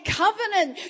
covenant